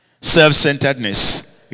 Self-centeredness